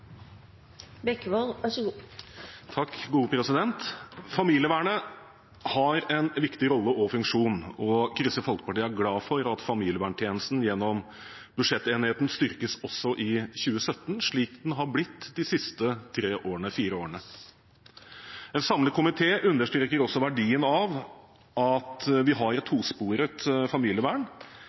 glad for at familieverntjenesten gjennom budsjettenigheten styrkes også i 2017, slik den har blitt de siste fire årene. En samlet komité understreker verdien av at vi har et tosporet familievern.